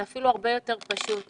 זה אפילו הרבה יותר פשוט,